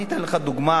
אני אתן לך דוגמה